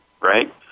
right